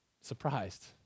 surprised